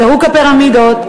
פירוק הפירמידות,